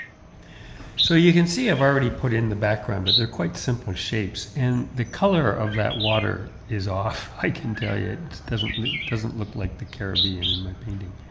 so you can see i've already put in the background but they're quite simple shapes and the color of that water is off, i can tell you it doesn't doesn't look like the caribbean in my painting.